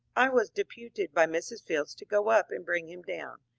i was deputed by mrs. fields to go up and bring him down.